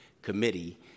committee